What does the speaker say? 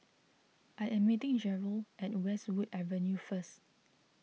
I am meeting Jerold at Westwood Avenue first